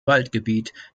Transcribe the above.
waldgebiet